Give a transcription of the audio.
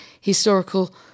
historical